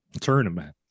tournament